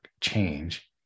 change